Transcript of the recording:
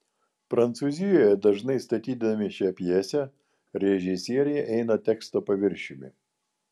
prancūzijoje dažnai statydami šią pjesę režisieriai eina teksto paviršiumi